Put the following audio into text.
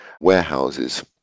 warehouses